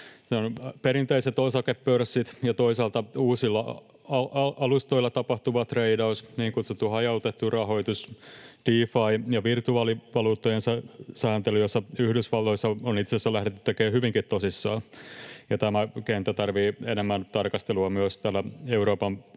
perinteiset osakepörssit ja toisaalta uusilla alustoilla tapahtuva treidaus, niin kutsuttu hajautettu rahoitus, DeFi, ja virtuaalivaluuttojen sääntely, jota Yhdysvalloissa on itse asiassa lähdetty tekemään hyvinkin tosissaan. Tämä kenttä tarvitsee enemmän tarkastelua myös täällä Euroopan